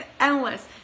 endless